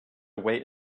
wait